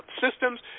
systems